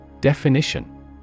Definition